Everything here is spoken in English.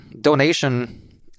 donation